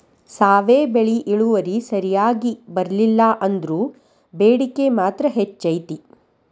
ಸಾವೆ ಬೆಳಿ ಇಳುವರಿ ಸರಿಯಾಗಿ ಬರ್ಲಿಲ್ಲಾ ಅಂದ್ರು ಬೇಡಿಕೆ ಮಾತ್ರ ಹೆಚೈತಿ